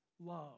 love